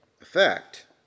effect